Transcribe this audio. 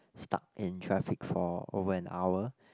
stuck in traffic for over an hour